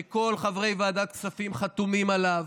שכל חברי ועדת כספים חתומים עליו.